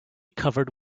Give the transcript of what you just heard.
covered